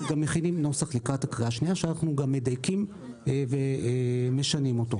אנחנו מכינים נוסח לקריאה שנייה שבו אנחנו מדייקים ומשנים אותו,